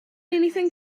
anything